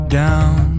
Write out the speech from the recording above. down